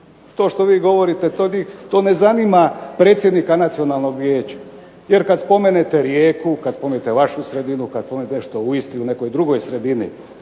To što vi govorite to ne zanima predsjednika Nacionalnog vijeća jer kad spomenete Rijeku, kad spomenete vašu sredinu, kad spomenete nešto u nekoj drugoj sredini